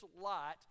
light